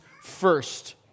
first